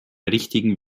richtigen